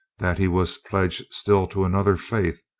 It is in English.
that he was pledged still to another faith,